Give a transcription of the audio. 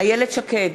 איילת שקד,